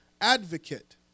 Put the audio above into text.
advocate